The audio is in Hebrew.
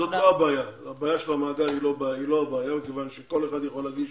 הבעיה של המאגר היא לא הבעיה מכיוון שכל אחד יכול להגיש